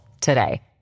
today